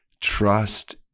trust